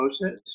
process